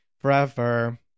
Forever